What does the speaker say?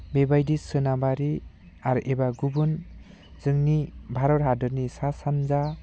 बेबायदि सोनाबारि आरो एबा गुबुन जोंनि भारत हादरनि सा सानजा